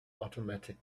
automatic